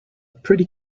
pretty